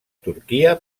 turquia